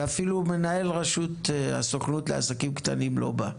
ואפילו מנהל הסוכנות לעסקים קטנים לא בא.